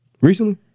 Recently